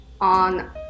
on